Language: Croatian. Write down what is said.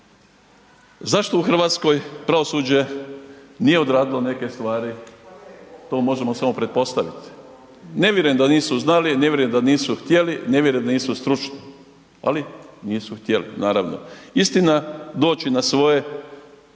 Zašto u Hrvatskoj pravosuđe nije odradilo neke stvari, to možemo samo pretpostaviti. Ne vjerujem da nisu znali, ne vjerujem da nisu htjeli, ne vjerujem da nisu stručni ali nisu htjeli naravno. Istina doći na svoje